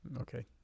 Okay